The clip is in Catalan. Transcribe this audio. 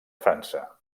frança